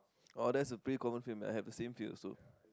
oh that's a pretty common film I have the same feel also